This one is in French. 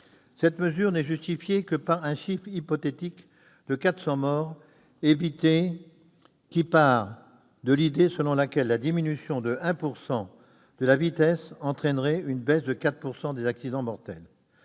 Cette mesure n'est justifiée que par un chiffre hypothétique- 400 morts pourraient être évitées - tiré de l'idée selon laquelle une diminution de 1 % de la vitesse entraînerait une baisse de 4 % des accidents mortels.